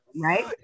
right